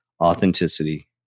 authenticity